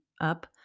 up